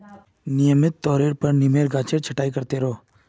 नियमित तौरेर पर नीमेर गाछेर छटाई कर त रोह